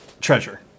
treasure